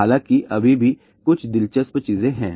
हालांकि अभी भी कुछ दिलचस्प चीजें हैं